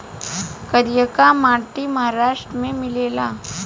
करियाका माटी महाराष्ट्र में मिलेला